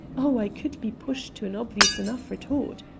oh, i could be pushed to an obvious enough retort,